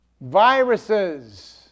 viruses